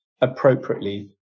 appropriately